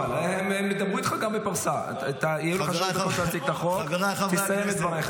הם ידברו איתך גם בפרסה --- תסיים את דבריך,